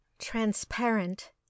transparent